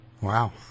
Wow